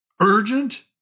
Urgent